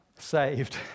Saved